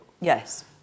Yes